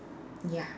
ya